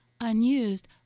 unused